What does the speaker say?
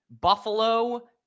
Buffalo